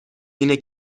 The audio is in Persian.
اینه